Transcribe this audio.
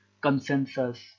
consensus